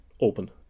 open